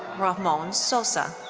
ramon sosa.